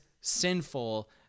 sinful